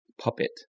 puppet